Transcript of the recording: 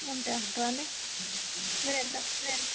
అంతే అంటారా అండి మీరు ఎంత మీరు ఎంత